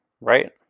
Right